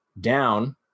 Down